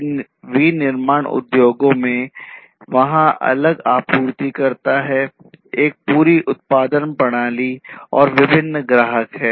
इन विनिर्माण उद्योगों में वहाँ अलग आपूर्तिकर्ता है एक पूरी उत्पादन प्रणाली और विभिन्न ग्राहक है